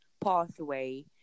pathway